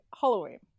Halloween